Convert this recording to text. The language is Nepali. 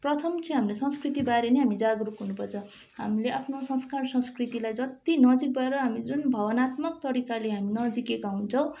प्रथम चाहिँ हामीले संस्कृतिबारे नै हामी जगरुक हुनुपर्छ हामीले आफ्नो संस्कार संस्कृतिलाई जति नजिकबटा हामी जुन भावनात्मक तरिकाले हामी नजिकेका हुन्छौँ